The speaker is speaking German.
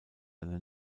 eine